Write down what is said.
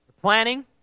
planning